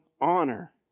honor